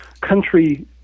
country